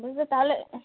বুঝলে তাহলে